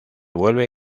vuelve